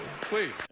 Please